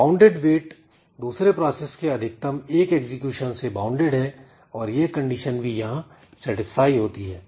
bounded wait दूसरे process के अधिकतम एक एग्जीक्यूशन से वाउंडेड है और यह कंडीशन भी यहां सेटिस्फाई होती है